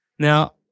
Now